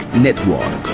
Network